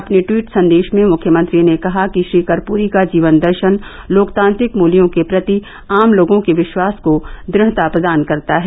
अपने ट्वीट संदेश में मुख्यमंत्री ने कहा कि श्री कर्पूरी का जीवन दर्शन लोकतांत्रिक मूल्यों के प्रति आम लोगों के विश्वास को दृढ़ता प्रदान करता है